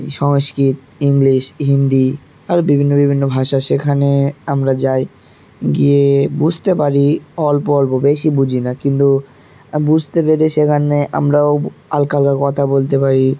সংস্কৃত English Hindi আরও বিভিন্ন বিভিন্ন ভাষা সেখানে আমরা যাই গিয়ে বুঝতে পারি অল্প অল্প বেশি বুঝি না কিন্তু বুঝতে পেরে সেখানে আমরাও হালকা হালকা কথা বলতে পারি